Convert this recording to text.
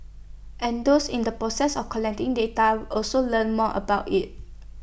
and those in the process of collecting data also learn more about IT